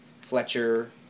Fletcher